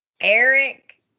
Eric